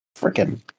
freaking